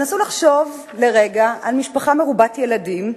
נסו לחשוב לרגע על משפחה מרובת ילדים,